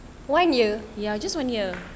one year